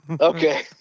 Okay